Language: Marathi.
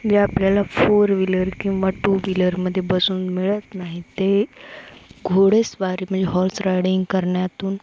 जे आपल्याला फोर व्हीलर किंवा टू व्हीलरमध्ये बसून मिळत नाही ते घोडेस्वारी म्हणजे हॉर्स रायडिंग करण्यातून